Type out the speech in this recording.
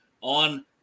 on